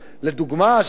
לדוגמה,